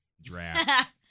draft